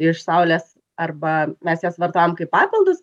iš saulės arba mes juos vartojam kaip papildus